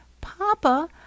papa